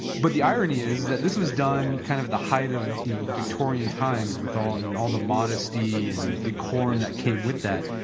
but the irony is that this was done kind of with the height of victorian times with all and all the modesty and decorum that came with that.